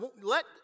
let